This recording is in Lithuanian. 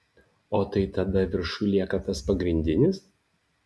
o tai tada viršuj lieka tas pagrindinis